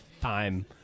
time